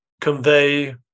convey